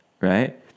Right